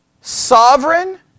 sovereign